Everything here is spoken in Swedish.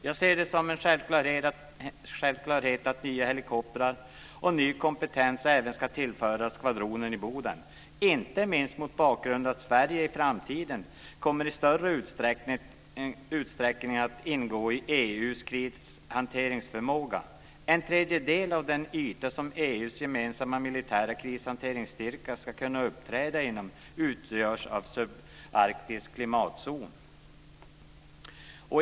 Jag ser det som en självklarhet att nya helikoptrar och ny kompetens även ska tillföras skvadronen i Boden, inte minst mot bakgrund av att Sverige i framtiden i större utsträckning kommer att ingå i EU:s krishanteringsförmåga. En tredjedel av den yta som EU:s gemensamma militära krishanteringsstyrka ska kunna uppträda inom utgörs av subarktisk klimatzon.